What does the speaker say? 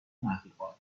مخلوقات